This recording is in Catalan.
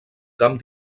camp